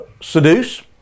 seduce